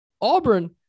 Auburn